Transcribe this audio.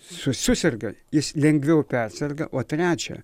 su suserga jis lengviau perserga o trečią